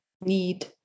need